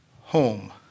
home